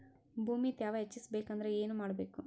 ಭೂಮಿ ತ್ಯಾವ ಹೆಚ್ಚೆಸಬೇಕಂದ್ರ ಏನು ಮಾಡ್ಬೇಕು?